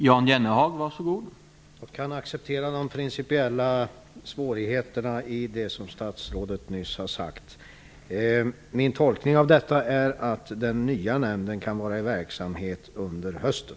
Herr talman! Jag kan acceptera de principiella svårigheterna enligt det som statsrådet nyss har sagt. Min tolkning är då att den nya nämnden kan vara i verksamhet under hösten.